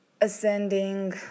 ascending